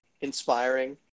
Inspiring